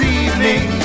evening